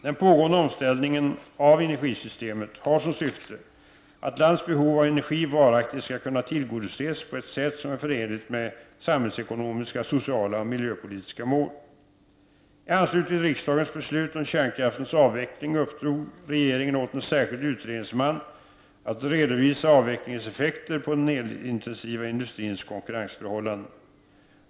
Den pågående omställningen av energisystemet har som syfte att landets behov av energi varaktigt skall kunna tillgodoses på ett sätt som är förenligt med samhällsekonomiska, sociala och miljöpolitiska mål. I anslutning till riksdagens beslut om kärnkraftens avveckling uppdrog regeringen åt en särskild utredningsman att redovisa avvecklingens effekter på den elintensiva industrins konkurrensförhållanden.